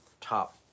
Top